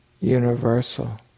universal